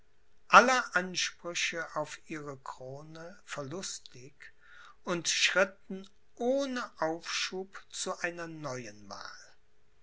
aller ansprüche auf ihre krone verlustig und schritten ohne aufschub zu einer neuen wahl